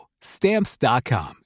Stamps.com